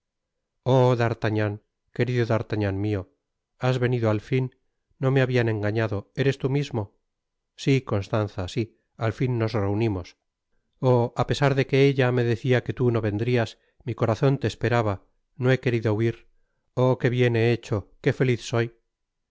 d'artagnan querido d'artagnan mio has venido al fin no me habian engañado eres tú mismo si constanza si al tin nos reunimos ob á pesar de que ella me decia que tú no vendrias mi corazon te esperaba no he querido huir oh que bien he hecho que feliz soy